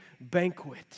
banquet